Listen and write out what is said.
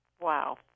Wow